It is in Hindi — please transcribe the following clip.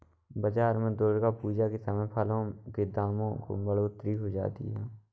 बाजार में दुर्गा पूजा के समय फलों के दामों में बढ़ोतरी हो जाती है